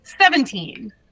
Seventeen